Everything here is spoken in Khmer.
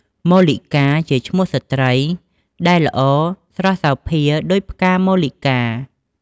មល្លិកា ជាឈ្មោះស្ត្រីដែលល្អស្រស់សោភាដូចផ្កាមល្លិកា។